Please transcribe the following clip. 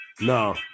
No